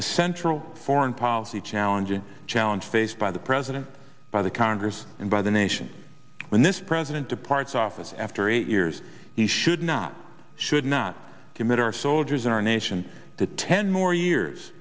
the central foreign policy challenge and challenge faced by the president by the congress and by the nation when this president departs office after eight years he should not should not commit our soldiers and our nation to ten more years